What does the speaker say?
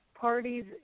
parties